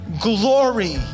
glory